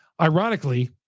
Ironically